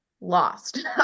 lost